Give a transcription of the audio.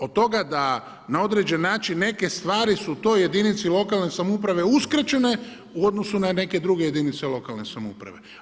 Od toga da na određeni način neke stvari su toj jedinici lokalne samouprave uskraćene u odnosu na neke druge jedinice lokalne samouprave.